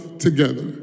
together